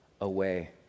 away